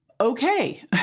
Okay